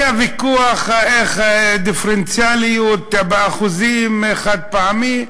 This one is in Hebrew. והיה ויכוח, דיפרנציאליות, באחוזים, חד-פעמי,